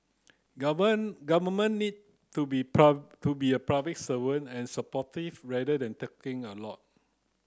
government need to be to be a public servant and supportive rather than a lot